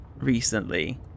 recently